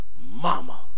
mama